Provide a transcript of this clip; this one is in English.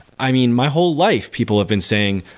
i mean, my whole life, people have been saying,